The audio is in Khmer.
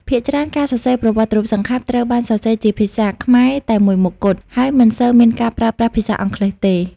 ភាគច្រើន ការសរសេរប្រវត្តិរូបសង្ខេប ត្រូវបានសរសេរជាភាសាខ្មែរតែមួយមុខគត់ ហើយមិនសូវមានការប្រើប្រាស់ភាសាអង់គ្លេសទេ។